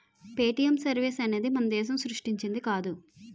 Paytm service అనేది మన దేశం సృష్టించింది కాదు